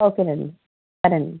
okay అండి సరే అండి